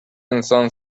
انسان